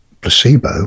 Placebo